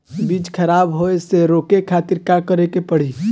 बीज खराब होए से रोके खातिर का करे के पड़ी?